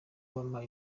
bampa